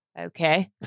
Okay